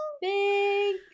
big